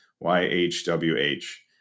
Y-H-W-H